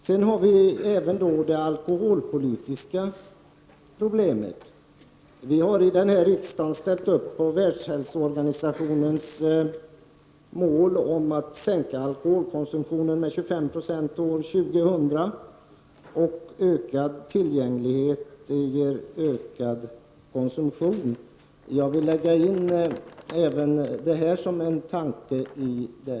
Vi har även det alkoholpolitiska problemet. Riksdagen har ställt sig bakom Världshälsoorganistionens mål om att minska alkoholkonsumtionen med 25 96 fram till år 2 000. Men ökad tillgänglighet medför ökad konsumtion. Jag vill därför föra in denna tanke i sammanhanget.